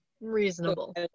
reasonable